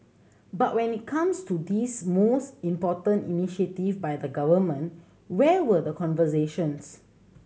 but when it comes to this most important initiative by the Government where were the conversations